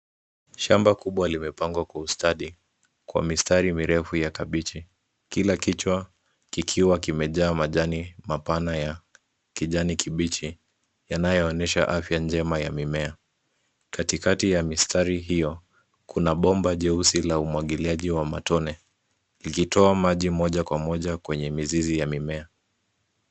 Shamba kubwa limepangwa kwa ustadi kwa mistari mirefu ya kabichi. Kila kichwa kikiwa kimejaa majani mapana ya kijani kibichi, yanayoonyesha afya njema ya mimea. Katikati ya mistari hiyo kuna bomba jeusi la umwagiliaji wa matone likitoa maji moja kwa moja kwenye mizizi ya mimea.